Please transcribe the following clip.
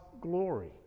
glory